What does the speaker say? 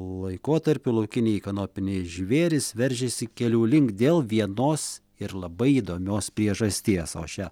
laikotarpiu laukiniai kanopiniai žvėrys veržiasi kelių link dėl vienos ir labai įdomios priežasties o šią